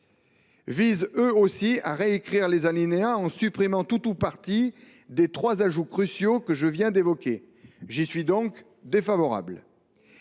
visent, eux aussi, à réécrire lesdits alinéas en supprimant tout ou partie des trois ajouts cruciaux que je viens d’évoquer. J’y suis donc défavorable.